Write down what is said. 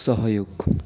सहयोग